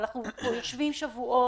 אבל אנחנו יושבים פה שבועות,